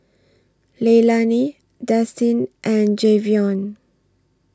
Leilani Destin and Jayvion